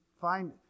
find